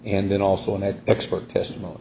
and then also had expert testimony